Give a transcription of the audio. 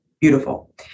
beautiful